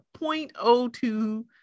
0.02